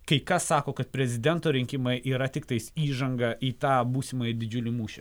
kai kas sako kad prezidento rinkimai yra tiktais įžanga į tą būsimąjį didžiulį mūšį